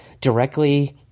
directly